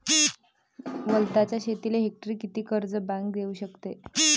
वलताच्या शेतीले हेक्टरी किती कर्ज बँक देऊ शकते?